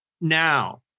now